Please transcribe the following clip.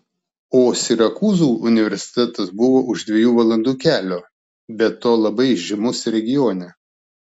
o sirakūzų universitetas buvo už dviejų valandų kelio be to labai žymus regione